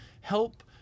help